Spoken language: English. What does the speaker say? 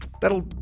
That'll